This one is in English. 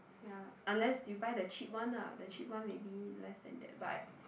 ya unless you buy the cheap one ah the cheap one maybe less than that but